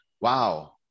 wow